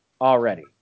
already